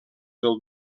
del